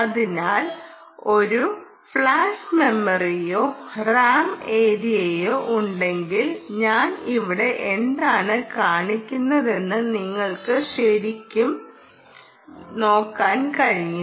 അതിനാൽ ഒരു ഫ്ലാഷ് മെമ്മറിയോ റാം ഏരിയയോ ഉണ്ടെങ്കിൽ ഞാൻ ഇവിടെ എന്താണ് കാണിക്കുന്നതെന്ന് നിങ്ങൾക്ക് ശരിക്കും നോക്കാൻ കഴിയും